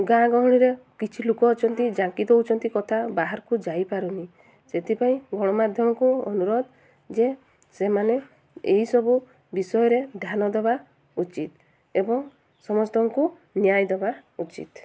ଗାଁ ଗହଳିରେ କିଛି ଲୋକ ଅଛନ୍ତି ଜାଙ୍କି ଦଉଚନ୍ତି କଥା ବାହାରକୁ ଯାଇପାରୁନି ସେଥିପାଇଁ ଗଣମାଧ୍ୟମକୁ ଅନୁରୋଧ ଯେ ସେମାନେ ଏହିସବୁ ବିଷୟରେ ଧ୍ୟାନ ଦେବା ଉଚିତ୍ ଏବଂ ସମସ୍ତଙ୍କୁ ନ୍ୟାୟ ଦେବା ଉଚିତ୍